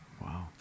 Wow